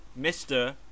Mr